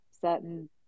certain